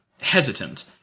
hesitant